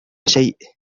شيء